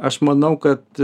aš manau kad